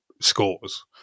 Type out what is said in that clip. scores